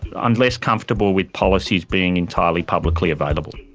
i'm less comfortable with policies being entirely publicly available.